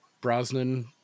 brosnan